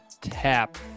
tap